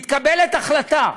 מתקבלת החלטה,